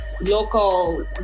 local